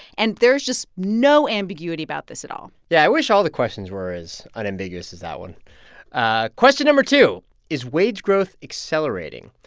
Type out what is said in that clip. and there's just no ambiguity about this at all yeah. i wish all the questions were as unambiguous as that one ah question no. two is wage growth accelerating?